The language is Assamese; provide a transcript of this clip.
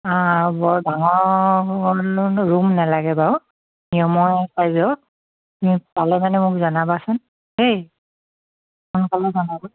অঁ বৰ ডাঙৰ ৰূম নেলাগে বাাৰু নিয়মৰ চাইজৰ তুমি পালে মানে মোক জনাবাচোন দেই সোনকালে জনাব